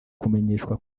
kumenyeshwa